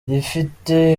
rifite